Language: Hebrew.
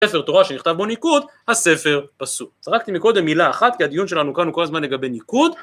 ספר תורה שנכתב בו ניקוד, הספר פסול. זרקתי מקודם מילה אחת, כי הדיון שלנו כאן הוא כל הזמן לגבי ניקוד,